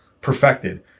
Perfected